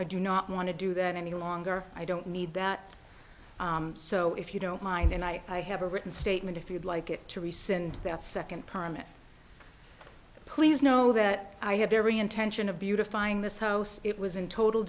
i do not want to do that any longer i don't need that so if you don't mind and i have a written statement if you'd like to rescind that second permit please know that i have every intention of beautifying this house it was in total